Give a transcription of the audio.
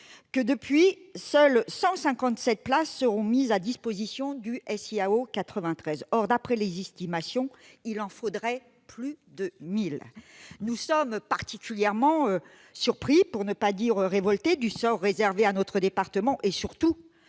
que seules 157 places seront mises à disposition du SIAO 93. Or, d'après les estimations, il en faudrait plus de mille ! Nous sommes particulièrement surpris, pour ne pas dire révoltés, du sort réservé à notre département et, surtout,